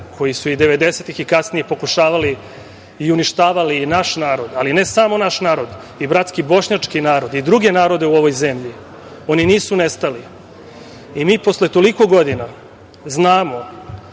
koji su i devedesetih i kasnije pokušavali i uništavali naš narod i ne samo naš narod, i bratski bošnjački narod i druge narode u ovoj zemlji, oni nisu nestali i mi posle toliko godina znamo